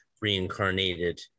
reincarnated